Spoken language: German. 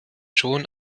schon